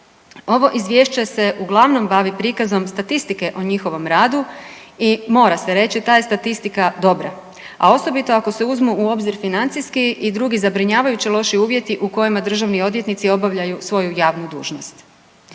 Ovo izvješće se uglavnom bavi prikazom statistike o njihovom radu i mora se reći ta je statistika dobra, a osobito ako se uzmu u obzir financijski i drugi zabrinjavajuće loši uvjeti u kojima državni odvjetnici obavljaju svoju javnu dužnost.